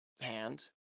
hand